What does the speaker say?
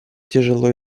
тяжело